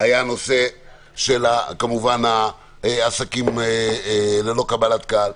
היה נושא של העסקים ללא קבלת קהל.